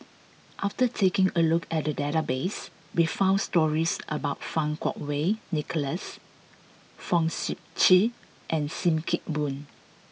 after taking a look at the database we found stories about Fang Kuo Wei Nicholas Fong Sip Chee and Sim Kee Boon